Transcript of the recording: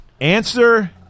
Answer